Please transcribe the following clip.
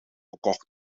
gekocht